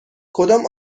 کدام